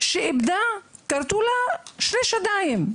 שעברה כריתת שדיים,